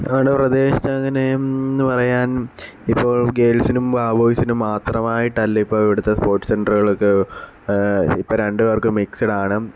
ഞങ്ങളുടെ പ്രദേശത്ത് അങ്ങനെയെന്ന് പറയാന് ഇപ്പോൾ ഗേള്സിനും ആ ബോയ്സിനും മാത്രമായിട്ടല്ല ഇപ്പോൾ ഇവിടുത്തെ സ്പോര്ട്ട്സ് സെന്ററുകളൊക്കെ ഇപ്പോൾ രണ്ടു പേര്ക്കും മിക്സഡാണ്